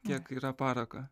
kiek yra parako